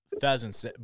pheasants